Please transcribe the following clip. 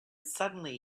suddenly